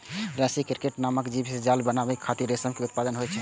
रसी क्रिकेट नामक जीव सं जाल बनाबै खातिर रेशम के उत्पादन होइ छै